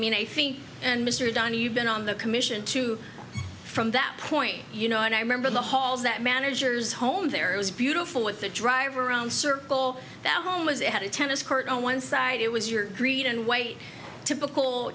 mean i think and mr donny you've been on the commission too from that point you know and i remember the halls that managers home there is beautiful with the drive around circle that home was it had a tennis court on one side it was your greed and white typical